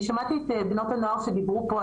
אני שמעתי את בנות הנוער שדיברו פה,